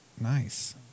Nice